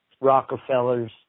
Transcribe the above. Rockefellers